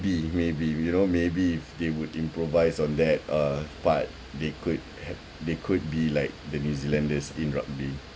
maybe we you know maybe if they would improvise on that uh part they could they could be like the new zealanders in rugby